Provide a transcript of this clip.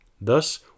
Thus